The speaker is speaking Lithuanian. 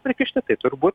prikišti tai turbūt